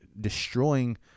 destroying